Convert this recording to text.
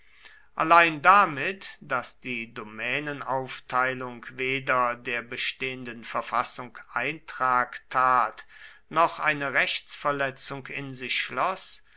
allein damit daß die domänenaufteilung weder der bestehenden verfassung eintrag tat noch eine rechtsverletzung in sich schloß